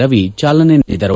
ರವಿ ಚಾಲನೆ ನೀಡಿದರು